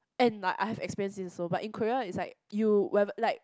and like I have experienced this also but in Korea it's like you whenever like